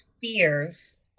fears